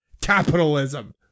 capitalism